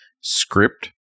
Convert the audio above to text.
script